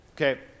okay